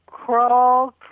crawl